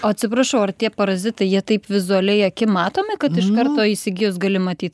atsiprašau ar tie parazitai jie taip vizualiai akim matomi kad iš karto įsigijus gali matyt